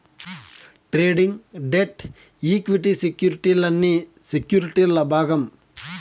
trading, debt, equity సెక్యుర్టీలన్నీ సెక్యుర్టీల్ల భాగం